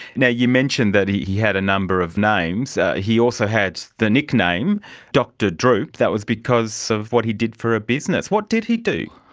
yeah you mentioned that he had a number of names. he also had the nickname dr droop. that was because of what he did for a business. what did he do?